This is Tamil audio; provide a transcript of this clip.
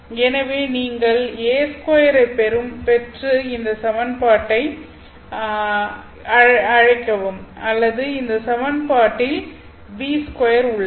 எனவே நீங்கள் a2 ஐப் பெற்று இந்த சமன்பாட்டை அழைக்கவும் அல்லது இந்த வெளிப்பாட்டில் V2 உள்ளது